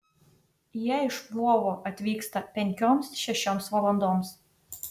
jie iš lvovo atvyksta penkioms šešioms valandoms